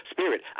Spirit